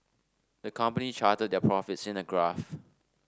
the company charted their profits in a graph